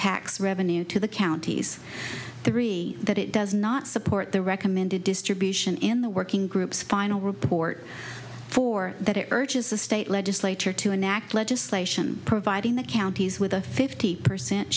tax revenue to the counties three that it does not support the recommended distribution in the working groups final report for that it urges the state legislature to enact legislation providing the counties with a fifty percent